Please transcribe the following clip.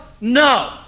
No